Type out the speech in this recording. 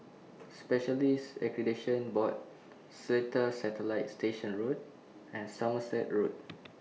Specialists Accreditation Board Seletar Satellite Station Road and Somerset Road